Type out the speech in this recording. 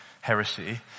heresy